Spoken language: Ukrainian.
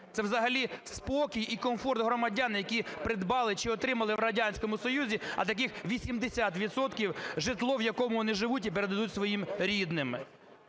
це взагалі спокій і комфорт громадян, які придбали чи отримали в Радянському Союзі, а таких 80 відсотків, житло, в якому вони живуть і передадуть своїм рідним.